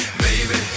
baby